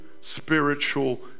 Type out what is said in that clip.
spiritual